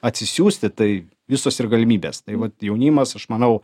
atsisiųsti tai visos ir galimybės tai vat jaunimas aš manau